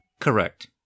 Correct